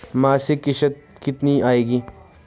मासिक किश्त कितनी आएगी?